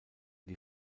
die